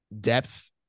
depth